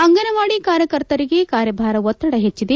ಅಂಗನವಾಡಿ ಕಾರ್ಯಕರ್ತಲಿಗೆ ಕಾರ್ಯಭಾರ ಒತ್ತಡ ಹೆಚ್ಚಿದೆ